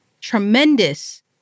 tremendous